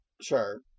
Sure